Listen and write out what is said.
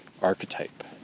archetype